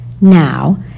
Now